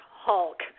Hulk